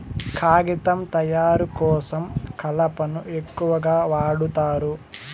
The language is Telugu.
కాగితం తయారు కోసం కలపను ఎక్కువగా వాడుతారు